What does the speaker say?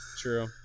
true